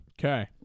Okay